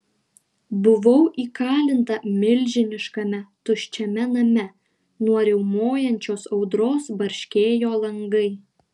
buvau įkalinta milžiniškame tuščiame name nuo riaumojančios audros barškėjo langai